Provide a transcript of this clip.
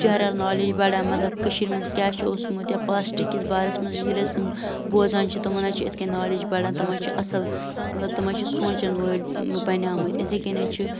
general knowledge بَڑان مطلب کٔشیٖرِ منٛز کیٛاہ چھُ اوسمُت یا پاسٹہٕ کِس بارَس منٛز ییٚلہِ أسۍ تِم بوزان چھِ تِمَن حظ چھِ یِتھ کٔنۍ نالیج بَڑان تِم حظ چھِ اَصٕل مطلب تِم حظ چھِ سونٛچَن وٲلۍ بَنیمٕتۍ یِتھَے کٔنۍ حظ چھِ